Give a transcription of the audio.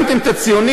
שמתם את הציוני,